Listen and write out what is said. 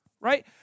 right